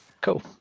Cool